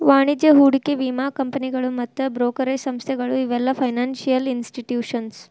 ವಾಣಿಜ್ಯ ಹೂಡಿಕೆ ವಿಮಾ ಕಂಪನಿಗಳು ಮತ್ತ್ ಬ್ರೋಕರೇಜ್ ಸಂಸ್ಥೆಗಳು ಇವೆಲ್ಲ ಫೈನಾನ್ಸಿಯಲ್ ಇನ್ಸ್ಟಿಟ್ಯೂಷನ್ಸ್